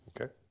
Okay